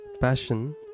passion